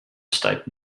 stipe